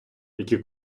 які